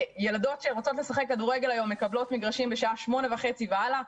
ילדות שרוצות לשחק כדורגל היום מקבלות מגרשים בשעה שמונה וחצי והלאה.